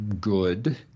good